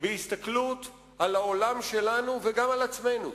בהסתכלות על העולם שלנו וגם על עצמנו,